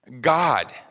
God